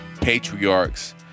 patriarch's